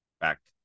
Fact